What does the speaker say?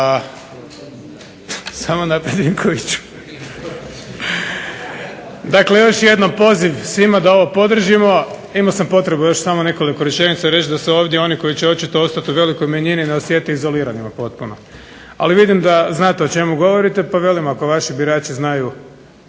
dobro to znate. Dakle, još jednom pozivam svima da ovo podržimo. Imao sam potrebu još samo nekoliko rečenica reći da su ovdje oni koji će očito ostati u velikoj manjini ne osjete izoliranima potpuno. Ali vidim da znate o čemu govorite, pa velim, ako vaši birači znaju